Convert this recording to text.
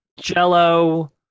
jello